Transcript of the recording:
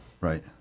Right